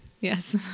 Yes